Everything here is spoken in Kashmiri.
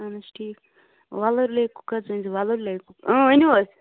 اَہن حظ ٹھیٖک وۄلُر لیکُک حظ أنۍ زِ وۄلُر لیکُک ؤنِو حظ